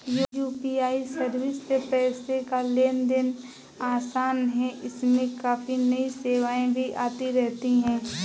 UPI service से पैसे का लेन देन आसान है इसमें काफी नई सेवाएं भी आती रहती हैं